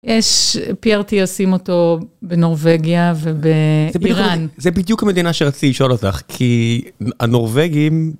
יש, PRT עושים אותו בנורבגיה ובאיראן. זה בדיוק המדינה שרציתי לשאול אותך, כי הנורבגים...